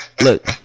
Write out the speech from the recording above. look